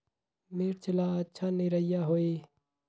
मिर्च ला अच्छा निरैया होई?